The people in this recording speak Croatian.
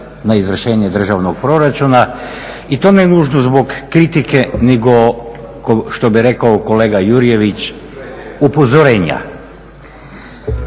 na izvršenje državnog proračuna i to ne nužno zbog kritike nego što bi rekao kolega Jurjević, upozorenja.